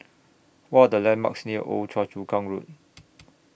What The landmarks near Old Choa Chu Kang Road